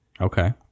Okay